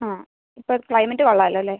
ആ ഇപ്പോൾ ക്ലൈമറ്റ് കൊള്ളാമല്ലോ അല്ലേ